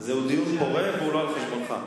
זהו דיון פורה, והוא לא על חשבונך.